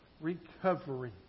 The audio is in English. Recovery